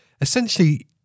essentially